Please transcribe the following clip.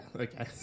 Okay